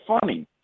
funny